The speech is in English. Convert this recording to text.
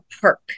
perk